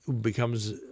becomes